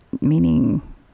meaning